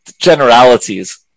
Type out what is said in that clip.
generalities